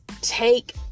take